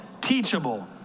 teachable